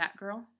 batgirl